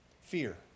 Fear